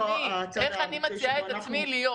איך אני מציעה את עצמי להיות